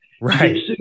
Right